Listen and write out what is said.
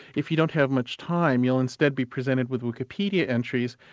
if you don't have much time you'll instead be presented with wikipedia entries,